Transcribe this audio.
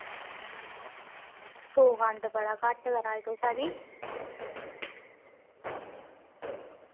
सौ खंड बड़ा घट्ट करा दे तुस हैनी